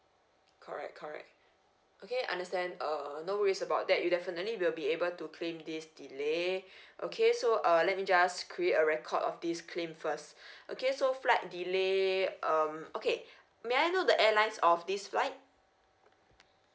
correct correct okay I understand uh no worries about that you definitely will be able to claim this delay okay so uh let me just create a record of this claim first okay so flight delay um okay may I know the airlines of this flight